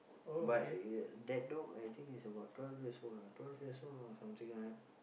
but uh that dog I think it's about twelve years old ah twelve years old or something like that